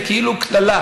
זה כאילו קללה,